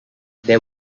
there